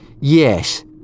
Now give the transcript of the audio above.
Yes